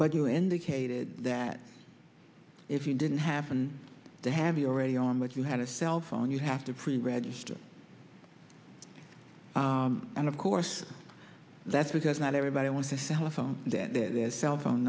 but you indicated that if you didn't happen to have you already on which you had a cell phone you have to pre register and of course that's because not everybody wants a cell phone that their cell phone